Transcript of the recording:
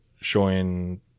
showing